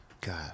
God